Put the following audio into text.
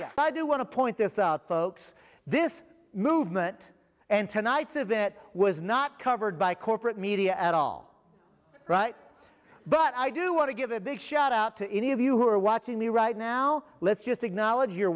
but i do want to point this out folks this movement and tonight's of that was not covered by corporate media at all right but i do want to give a big shout out to any of you who are watching me right now let's just acknowledge you're